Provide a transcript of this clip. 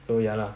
so ya lah